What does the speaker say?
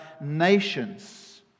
nations